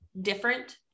different